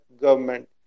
government